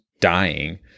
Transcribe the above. dying